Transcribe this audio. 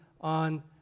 on